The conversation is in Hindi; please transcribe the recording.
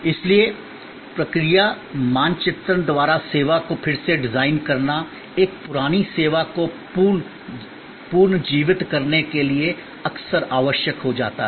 इसलिए प्रक्रिया मानचित्रण द्वारा सेवा को फिर से डिज़ाइन करना एक पुरानी सेवा को पुनर्जीवित करने के लिए अक्सर आवश्यक हो जाता है